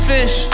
Fish